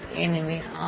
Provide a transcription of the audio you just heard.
எனவே r